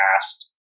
asked